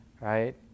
right